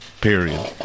period